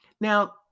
Now